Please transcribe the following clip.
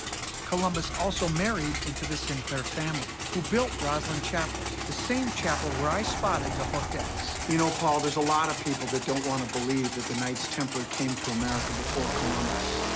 columbus also married into the sinclair family, who built rosslyn chapel, the same chapel where i spotted the hooked x. you know, paul, there's a lot of people that don't want to believe that the knights templar came to america before columbus,